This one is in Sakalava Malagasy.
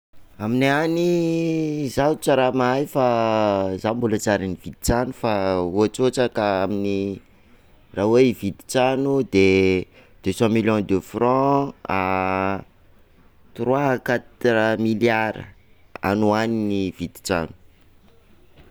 Aminay any zaho tsy raha mahay fa zaho mbola zaho araiky, zaho mbola tsy ary nividy trano fa ohatrohatra ka amin'ny, raha hoe hividy trano de deux cent million de franc à trois milliard any ho any ny vidin-trano.